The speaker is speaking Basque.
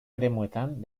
eremuetan